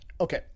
Okay